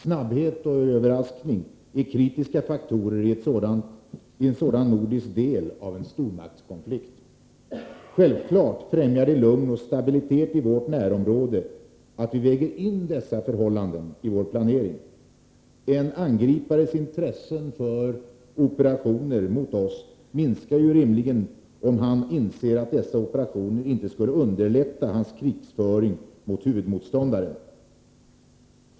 Snabbhet och överraskning är kritiska faktorer i en sådan nordisk del av en stormaktskonflikt. Självfallet främjar det lugn och stabilitet i vårt närområde att vi väger in dessa förhållanden i vår planering. En angripares intresse för operationer mot oss minskar ju rimligen om han inser att dessa operationer inte skulle underlätta hans krigföring mot huvudmotståndaren.